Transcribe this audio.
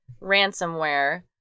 ransomware